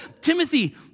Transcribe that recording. Timothy